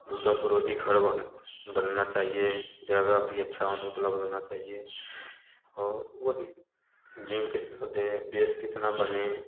भूकंप रोधी घर बनना चाहिए जगह भी अच्छा होने को लगना चाहिए और वो ही नीव कितना बेस कितना बने